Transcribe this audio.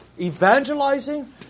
evangelizing